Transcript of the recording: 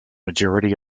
majority